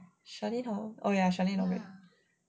charlene somemore oh ya charlene got play